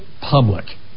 public